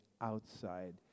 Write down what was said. outside